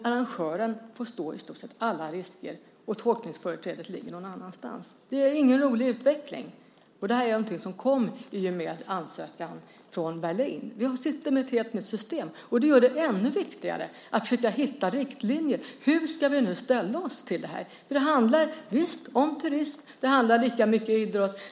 Arrangören får stå i stort sett alla risker, och tolkningsföreträdet ligger någon annanstans. Det är ingen rolig utveckling, och det här är någonting som kom i och med ansökan från Berlin. Vi sitter med ett helt nytt system, och då är det ännu viktigare att försöka hitta riktlinjer för hur vi ställa oss till detta. Det handlar visst om turism, och det handlar lika mycket om idrott.